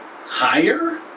higher